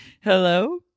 hello